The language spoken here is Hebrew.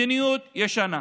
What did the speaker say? מדיניות ישנה.